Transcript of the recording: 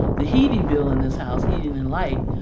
the heating bill in this house, heating and light,